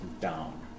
down